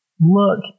look